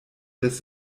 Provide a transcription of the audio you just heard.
des